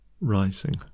rising